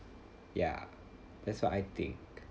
ya that's what I think